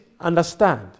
Understand